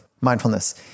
mindfulness